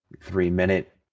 three-minute